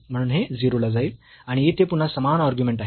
म्हणून हे 0 ला जाईल आणि येथे पुन्हा समान अर्ग्युमेंट आहे